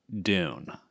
Dune